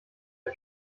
der